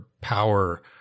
power